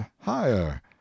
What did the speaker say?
higher